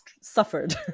suffered